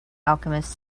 alchemist